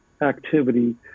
activity